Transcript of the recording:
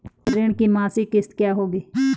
ऋण की मासिक किश्त क्या होगी?